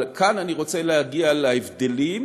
אבל כאן אני רוצה להגיע להבדלים